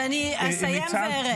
אז אני אסיים וארד.